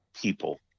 people